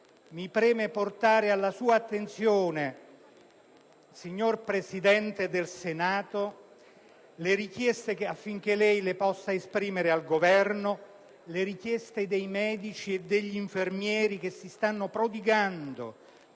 mi preme portare alla sua attenzione, signor Presidente del Senato, affinché lei possa esprimerle al Governo, le richieste dei medici e degli infermieri che si stanno prodigando